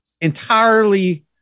entirely